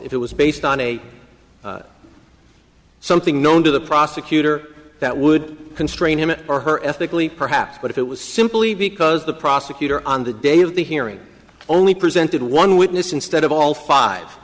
if it was based on a something known to the prosecutor that would constrain him or her ethically perhaps but if it was simply because the prosecutor on the day of the hearing only presented one witness instead of all five